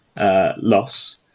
loss